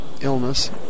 illness